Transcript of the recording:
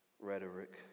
rhetoric